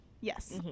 yes